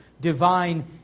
divine